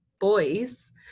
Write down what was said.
boys